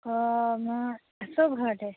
অঁ মই আছো ঘৰতে